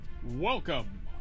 Welcome